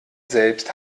selbst